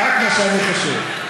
רק מה שאני חושב.